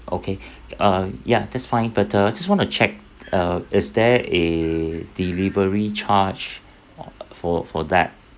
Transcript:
okay uh ya that's fine but uh I just want to check uh is there a delivery charge uh for for that